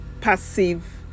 passive